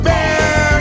Bear